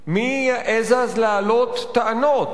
מי יעז אז להעלות טענות?